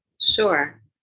Sure